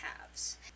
halves